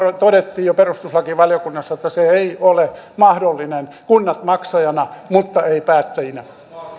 todettiin jo perustuslakivaliokunnassa että se ei ole mahdollinen kunnat maksajina mutta eivät päättäjinä